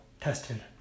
tested